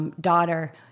Daughter